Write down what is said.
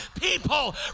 People